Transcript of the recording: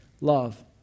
love